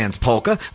Polka